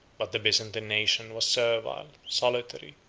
but the byzantine nation was servile, solitary,